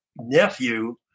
nephew